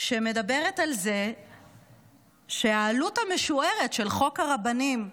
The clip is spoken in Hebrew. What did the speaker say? שמדברת על זה שהעלות המשוערת של חוק הרבנים,